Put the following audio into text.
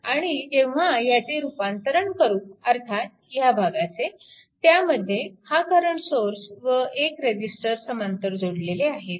आणि जेव्हा ह्याचे रूपांतरण करू अर्थात ह्या भागाचे त्यामध्ये हा करंट सोर्स व एक रेजिस्टर समांतर जोडलेले आहेत